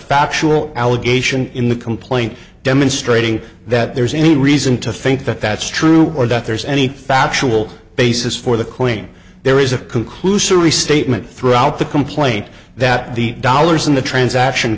factual allegation in the complaint demonstrating that there's any reason to think that that's true or that there's any factual basis for the queen there is a conclusory statement throughout the complaint that the dollars in the transaction